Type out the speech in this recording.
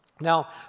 Now